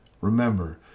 remember